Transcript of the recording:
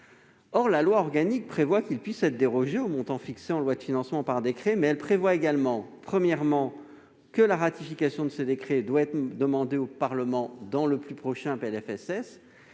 La loi organique prévoit qu'il puisse être dérogé au montant fixé en loi de financement par décret, mais elle prévoit également, premièrement, que la ratification de ce décret soit demandée au Parlement dans le plus prochain PLFSS,